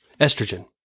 Estrogen